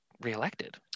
reelected